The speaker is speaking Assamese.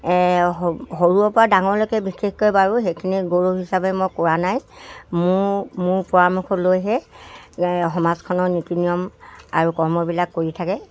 সৰুৰে পৰা ডাঙৰলৈকে বিশেষকৈ বাৰু সেইখিনি গৌৰৱ হিচাপে মই কোৱা নাই মোৰ মোৰ পৰামৰ্শ লৈহে সমাজখনৰ নীতি নিয়ম আৰু কৰ্মবিলাক কৰি থাকে